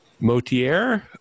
Motier